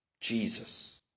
Jesus